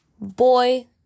Boy